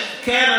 כן,